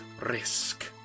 risk